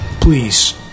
Please